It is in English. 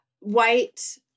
white